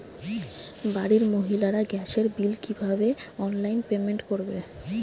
বাড়ির মহিলারা গ্যাসের বিল কি ভাবে অনলাইন পেমেন্ট করবে?